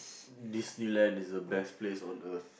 Disneyland is the best place on earth